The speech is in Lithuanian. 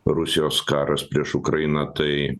rusijos karas prieš ukrainą tai